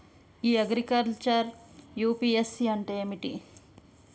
ఇ agriculture UPSC అంటే ఏమిటి?